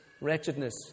wretchedness